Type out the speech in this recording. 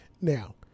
Now